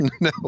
No